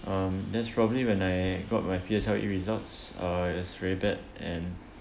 um that's probably when I got my P_S_L_E results uh it's very bad and